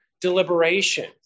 deliberation